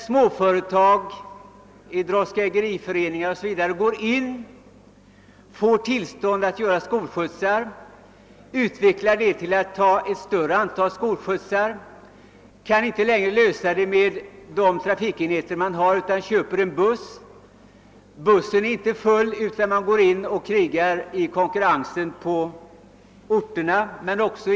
Småföretag, droskägeriföreningar osv., får tillstånd att anordna skolskjutsar, utvecklar detta och tar ett större antal skolskjutsar, behöver större trafikenheter än de man redan har och köper en buss, och med denna buss, som är »friställd» från fredag eftermiddag till måndag morgon.